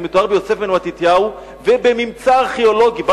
והוא מתואר בספרו של יוסף בן מתתיהו ובממצא ארכיאולוגי קשיח,